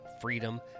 freedom